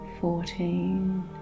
fourteen